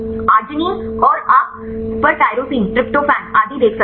arginine और आप सही पर टाइरोसिन ट्रिप्टोफैन आदि देख सकते हैं